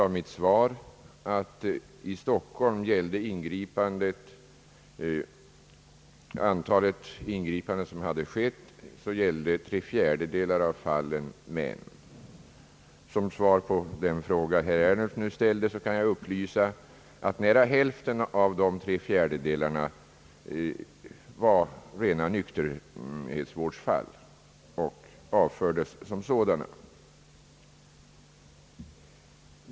Av mitt svar framgick att tre fjärdedelar av antalet ingripanden som skett i Stockholm gällde män. Såsom svar på den fråga som herr Ernulf ställde kan jag upplysa om att nära hälften av dessa tre fjärdedelar var rena nykterhetsvårdfall och avfördes såsom sådana.